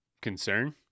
concern